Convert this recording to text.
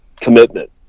commitment